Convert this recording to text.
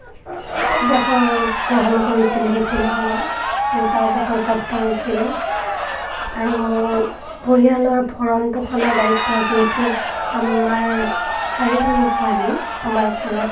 অৱসৰ গ্ৰহণ কৰিছিলে সেইখিনি সময়ত দেউতা অৱসৰপ্ৰাপ্ত হৈছিলে আৰু মোৰ পৰিয়ালৰ ভৰণ পোষণৰ দায়িত্ব যিহেতু আমাৰ চাৰিজনী ছোৱালী আমাৰ ঘৰত